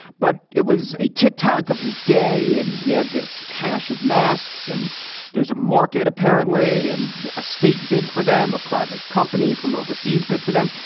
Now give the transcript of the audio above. but it was a tick tock of his day. and he had this cache of masks. and there's a market, apparently, and a state bid for them. a private company from overseas bid for them.